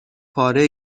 پاره